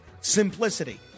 simplicity